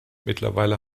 mittlerweile